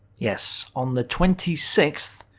yes, on the twenty sixth,